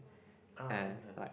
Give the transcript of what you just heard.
ah okay